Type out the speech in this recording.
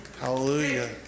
Hallelujah